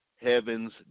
Heaven's